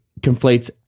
conflates